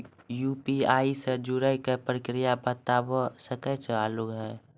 UPI से जुड़े के प्रक्रिया बता सके आलू है?